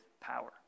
power